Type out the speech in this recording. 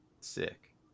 sick